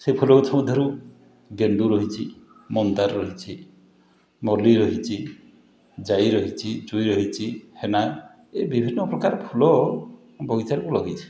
ସେଇ ଫୁଲଗଛ ମଧ୍ୟରୁ ଗେଣ୍ଡୁ଼ ରହିଛି ମନ୍ଦାର ରହିଛି ମଲ୍ଲୀ ରହିଛି ଜାଇ ରହିଛି ଜୁଇ ରହିଛି ହେନା ଏ ବିଭିନ୍ନପ୍ରକାର ଫୁଲ ମୋ ବଗିଚାରେ ମୁଁ ଲଗେଇଛି